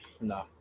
No